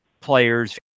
players